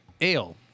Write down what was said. ale